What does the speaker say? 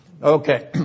Okay